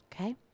okay